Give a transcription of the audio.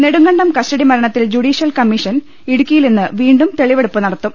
Nedumkandam custody മരണത്തിൽ judicial commission ഇടുക്കിയിലിന്ന് വീണ്ടും തെളിവെടുപ്പ് നടത്തും